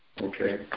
Okay